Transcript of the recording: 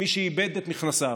מי שאיבד את מכנסיו,